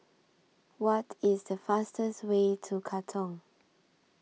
What IS The fastest Way to Katong